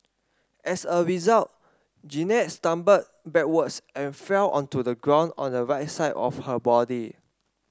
as a result Jeannette stumbled backwards and fell onto the ground on the right side of her body